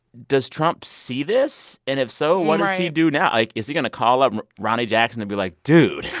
does trump see this? and if so, what does he do now? like, is he going to call up ronny jackson and be like, dude?